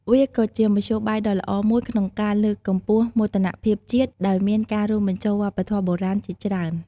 វាក៏ជាមធ្យោបាយដ៏ល្អមួយក្នុងការលើកកម្ពស់មោទនភាពជាតិ ដោយមានការរួមបញ្ចូលវប្បធម៌បុរាណជាច្រើន ។